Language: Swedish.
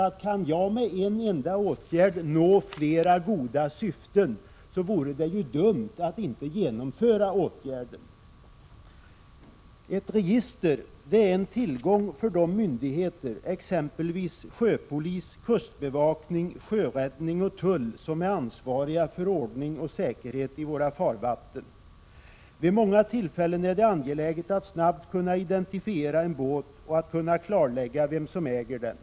Om man med en enda åtgärd kan nå flera goda syften, vore det ju dumt att inte vidta åtgärden. Ett register är en tillgång för de myndigheter — exempelvis sjöpolis, kustbevakning, sjöräddning och tull — som är ansvariga för ordning och säkerhet i våra farvatten. Vid många tillfällen är det angeläget att snabbt kunna identifiera en båt och att kunna klarlägga vem som äger den.